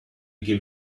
give